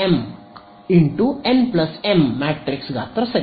n m × n m matrix ಗಾತ್ರ ಸರಿ